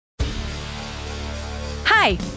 Hi